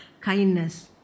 Kindness